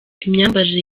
imyambarire